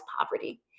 poverty